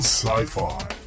Sci-Fi